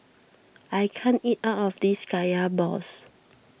I can't eat all of this Kaya Balls